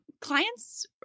clients